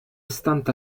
istante